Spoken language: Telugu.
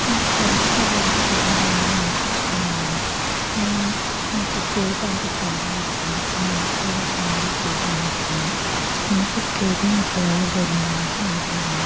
నాకు వంటకాలు అంటే పెద్దగా ఏమీ ఇష్టం లేదు కానీ నాకు కేక్ అంటే చాలా ఇష్టం నేను ఎక్కువగా తినేది కేక్ మాత్రమే అందుకే కేక్ని తయారు చేద్దామనేసి అనుకున్నాను